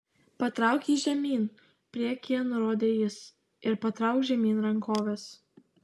patrauk jį žemyn priekyje nurodė jis ir patrauk žemyn rankoves